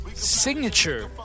Signature